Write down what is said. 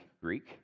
Greek